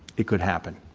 it could happen.